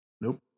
Nope